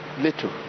little